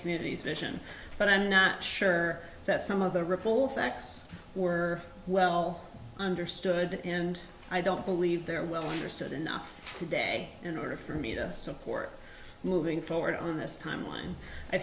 communities vision but i'm not sure that some of the ripple effects were well understood and i don't believe there will that enough today in order for me to support moving forward on this timeline i